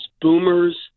boomers